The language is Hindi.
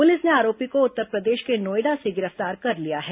पुलिस ने आरोपी को उत्तरप्रदेश के नोएडा से गिरफ्तार कर लिया है